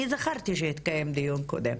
אני זכרתי שהתקיים דיון קודם.